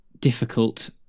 difficult